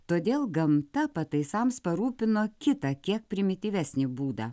todėl gamta pataisams parūpino kitą kiek primityvesnį būdą